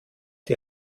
die